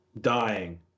dying